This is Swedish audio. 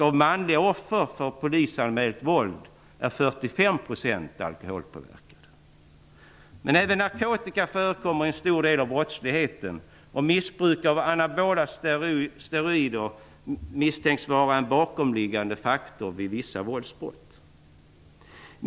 Av manliga offer för polisanmält våld är 45 % alkoholpåverkade. Men även narkotika förekommer i en stor del av brottsligheten. Missbruk av anabola steroider misstänks vara en bakomliggande faktor vid vissa våldsbrott.